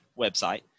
website